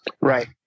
Right